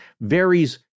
varies